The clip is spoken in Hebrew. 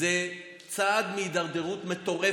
זה צעד מהידרדרות מטורפת.